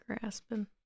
grasping